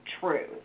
true